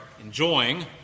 enjoying